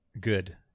Good